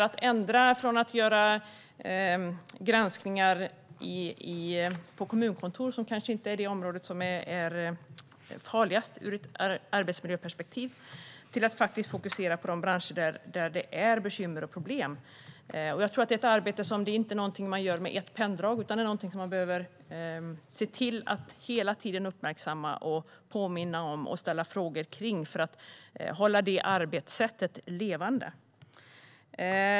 Att ändra från att göra granskningar på kommunkontoret, som kanske inte är det område som är farligast ur ett arbetsmiljöperspektiv, till att fokusera på de branscher där det är bekymmer och problem är inte ett arbete som man gör med ett penndrag, utan det är någonting som man behöver se till att hela tiden uppmärksamma, påminna om och ställa frågor kring för att hålla arbetssättet levande.